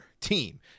team